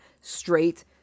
straight